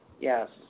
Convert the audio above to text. Yes